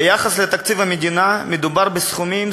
ביחס לתקציב המדינה, מדובר בסכומים זעומים,